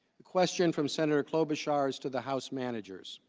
a question from senator called issuers to the house managers